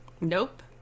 Nope